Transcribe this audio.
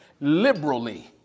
liberally